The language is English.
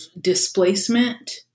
displacement